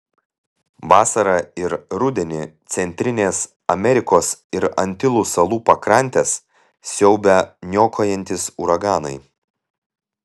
vasarą ir rudenį centrinės amerikos ir antilų salų pakrantes siaubia niokojantys uraganai